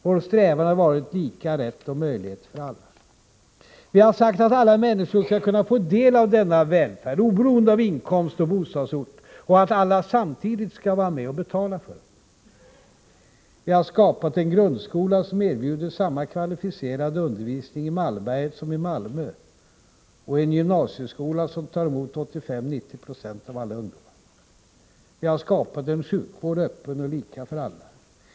Vår strävan har varit lika rätt och lika möjligheter för alla. Vi har sagt att alla människor skall kunna få del av välfärden, oberoende av inkomst och bostadsort, och att alla samtidigt skall vara med och betala för detta. Vi har skapat en grundskola som erbjuder samma kvalificerade undervisning i Malmberget som i Malmö och en gymnasieskola som tar emot 85-90 96 av alla ungdomar. Vi har skapat en sjukvård, öppen och lika för alla.